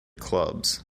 clubs